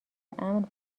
امن